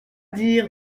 dire